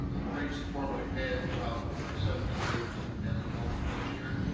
great support we've had throughout my seventeen years and as the bowling coach here,